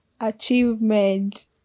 achievement